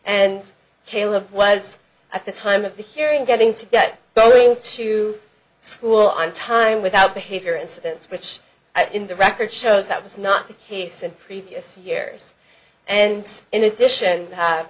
of was at the time of the hearing getting to get going to school on time without behavior incidents which in the record shows that was not the case in previous years and in addition